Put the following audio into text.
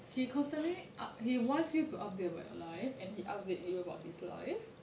he constantly up he wants you to update about your life and he update you about his life